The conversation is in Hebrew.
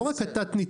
לא רק התת-ניצול.